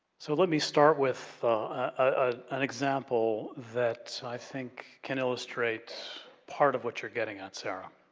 so, let me start with ah an example that i think can illustrate part of what you're getting at, sarah.